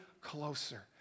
closer